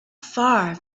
far